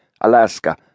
Alaska